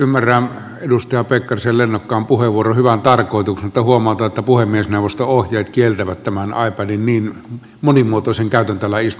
ymmärrän edustaja pekkarisen lennokkaan puheenvuoron hyvän tarkoituksen mutta huomautan että puhemiesneuvoston ohjeet kieltävät tämän ipadin näin monimuotoisen käytön täällä istuntosalissa